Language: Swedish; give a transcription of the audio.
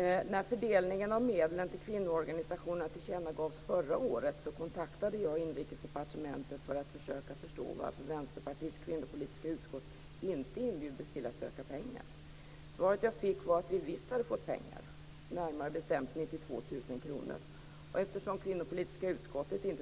är därför jag har låtit starta en översyn av fördelningen av bidrag. Jag tror att de flesta kvinnor och män som är aktiva i politiken - det finns några undantag - upplever det som oerhört viktigt att det kommer in fler kvinnor på beslutande poster i politiken, men också i övriga delar av samhället. Men vi har fortfarande en bit kvar tills makten är jämnt fördelad mellan könen och olika etniska grupper som finns i vårt land.